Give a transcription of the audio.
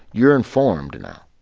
you're informed now,